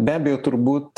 be abejo turbūt